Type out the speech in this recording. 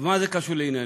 אבל מה זה קשור לעניינינו?